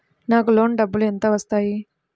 నాకు లోన్ డబ్బులు ఎంత వస్తాయి?